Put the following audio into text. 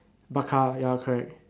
Barca ya correct